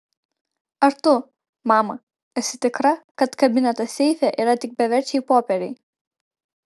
ar tu mama esi tikra kad kabineto seife yra tik beverčiai popieriai